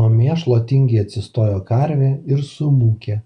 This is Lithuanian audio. nuo mėšlo tingiai atsistojo karvė ir sumūkė